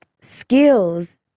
skills